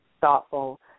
thoughtful